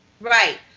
Right